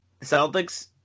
Celtics